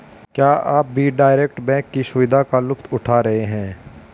क्या आप भी डायरेक्ट बैंक की सुविधा का लुफ्त उठा रहे हैं?